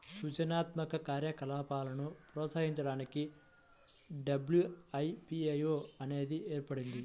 సృజనాత్మక కార్యకలాపాలను ప్రోత్సహించడానికి డబ్ల్యూ.ఐ.పీ.వో అనేది ఏర్పడింది